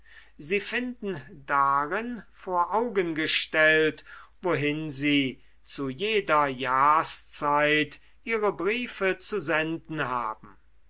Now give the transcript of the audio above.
sie finden darin vor augen gestellt wohin sie zu jeder jahrszeit ihre briefe zu senden haben